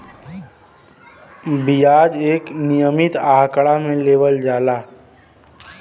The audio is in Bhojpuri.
बियाज एक नियमित आंकड़ा मे लेवल जाला